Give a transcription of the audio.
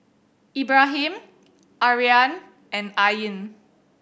Ibrahim Aryan and Ain